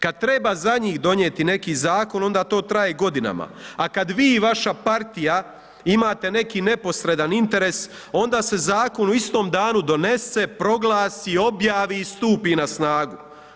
Kada treba za njih donijeti neki zakon onda to traje godinama a kada vi i vaša partija imate neki neposredan interes onda se zakon u istom danu donese, proglasi, objavi i stupi na snagu.